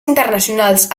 internacionals